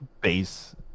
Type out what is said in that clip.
base